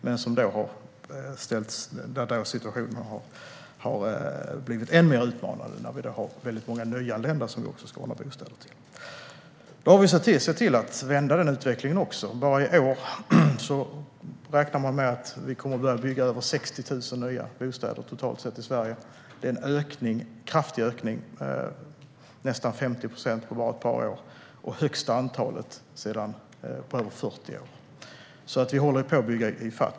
Men situationen har blivit än mer utmanande när vi har fått väldigt många nyanlända som vi också ska ordna bostäder till. Vi har nu sett till att vända utvecklingen. Bara i år räknar vi med att det totalt sett kommer att byggas över 60 000 nya bostäder i Sverige. Det är en kraftig ökning med nästan 50 procent på bara ett par år och det högsta antalet på över 40 år. Vi håller alltså på att bygga i fatt.